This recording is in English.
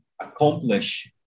accomplish